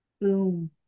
Boom